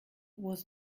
was